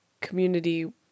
community